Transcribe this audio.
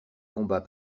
combats